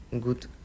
good